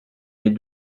les